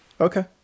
Okay